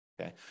okay